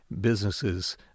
businesses